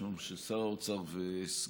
בשמו של שר האוצר וסגנו,